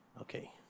Okay